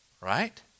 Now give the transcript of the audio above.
Right